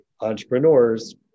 entrepreneurs